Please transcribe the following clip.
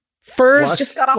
First